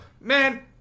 Man